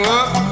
up